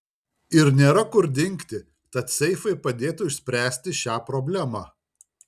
ir nėra kur dingti tad seifai padėtų išspręsti šią problemą